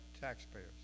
taxpayers